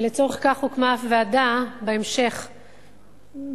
ולצורך כך הוקמה אף ועדה בהמשך, ועדת-ניסן.